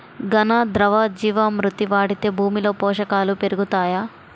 ఘన, ద్రవ జీవా మృతి వాడితే భూమిలో పోషకాలు పెరుగుతాయా?